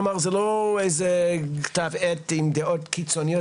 כלומר זה לא איזה כתב עת עם דעות קיצוניות.